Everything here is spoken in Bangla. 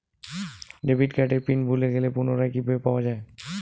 ডেবিট কার্ডের পিন ভুলে গেলে পুনরায় কিভাবে পাওয়া য়ায়?